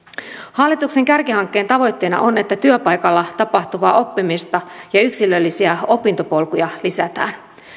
hallituksen kärkihankkeen tavoitteena on että työpaikalla tapahtuvaa oppimista ja yksilöllisiä opintopolkuja lisätään